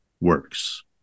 works